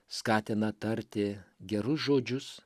skatina tarti gerus žodžius